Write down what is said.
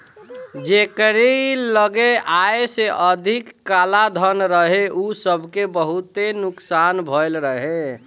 जेकरी लगे आय से अधिका कालाधन रहे उ सबके बहुते नुकसान भयल रहे